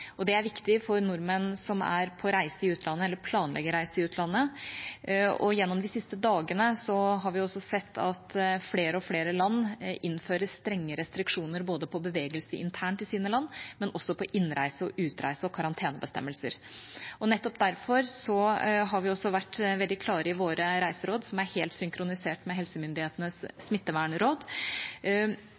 og det er viktig for nordmenn som er på reise i utlandet, eller planlegger reise i utlandet. Gjennom de siste dagene har vi sett at flere og flere land innfører strenge restriksjoner på bevegelse internt i sine land, men også på innreise og utreise og karantenebestemmelser. Nettopp derfor har vi vært veldig klare i våre reiseråd, som er helt synkronisert med helsemyndighetenes smittevernråd.